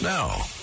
Now